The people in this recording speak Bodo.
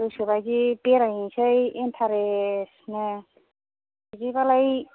गोसोबादि बेरायहैसै इन्टारेस्टनो बिदिबालाय